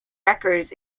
records